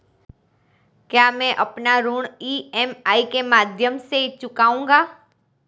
क्या मैं अपना ऋण ई.एम.आई के माध्यम से चुकाऊंगा?